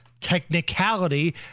technicality